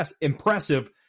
impressive